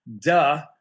Duh